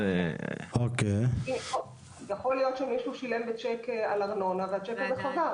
יכול להיות שמישהו שילם בצ'ק על ארנונה והצ'ק הזה חזר,